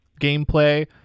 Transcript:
gameplay